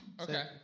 Okay